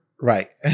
right